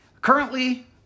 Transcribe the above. Currently